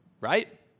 right